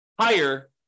higher